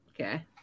Okay